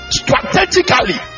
strategically